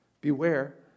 beware